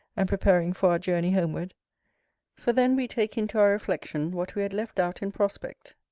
and preparing for our journey homeward for then we take into our reflection, what we had left out in prospect,